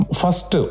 first